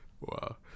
Wow